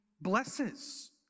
blesses